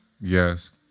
Yes